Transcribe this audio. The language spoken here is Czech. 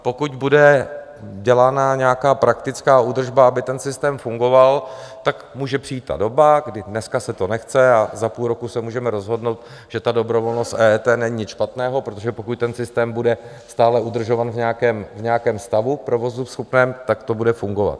Pokud bude dělaná nějaká praktická údržba, aby ten systém fungoval, tak může přijít doba, kdy dneska se to nechce a za půl roku se můžeme rozhodnout, že ta dobrovolnost EET není nic špatného, protože pokud ten systém bude stále udržován v nějakém stavu provozuschopném, tak to bude fungovat.